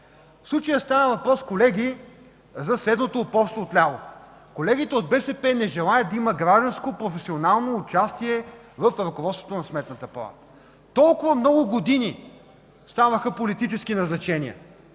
в случая става въпрос за следното упорство вляво. Колегите от БСП не желаят да имат гражданско професионално участие в ръководството на Сметната палата. Толкова много години ставаха политически назначения,